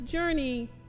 Journey